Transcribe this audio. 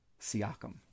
Siakam